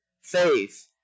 faith